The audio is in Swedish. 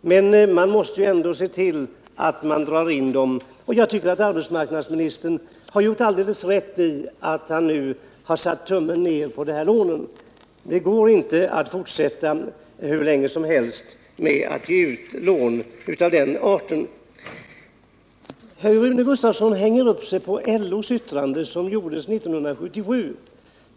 men man måste ändå se till att dra in dem. Och jag tycker att arbetsmarknadsministern gjort alldeles rätt i att nu göra tummen ner för de här lånen. Det går inte att fortsätta hur länge som helst med att ge ut lån av den här arten. Rune Gustavsson hänger upp sig på LO:s yttrande från 1977.